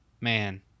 man